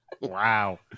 Wow